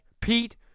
Pete